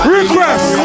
Request